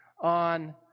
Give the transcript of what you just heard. on